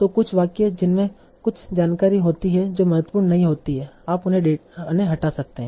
तो कुछ वाक्य जिनमें कुछ जानकारी होती है जो महत्वपूर्ण नहीं होती है आप उन्हें हटा सकते हैं